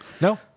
no